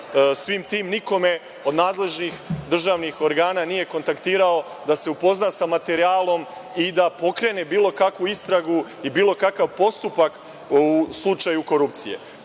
svim tim. Niko me od nadležnih državnih organa nije kontaktirao da se upozna sa materijalom i da pokrene bilo kakvu istragu i bilo kakav postupak u slučaju korupcije.